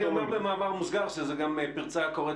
אני אומר במאמר מוסגר שזה גם פרצה הקוראת